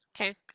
Okay